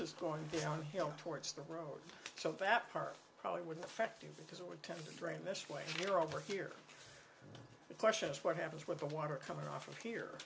is going downhill towards the road so that part probably wouldn't affect you because it would tend to drain this way here over here the question is what happens with the water coming off of here